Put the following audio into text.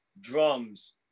drums